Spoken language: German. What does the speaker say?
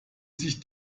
sich